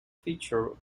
feature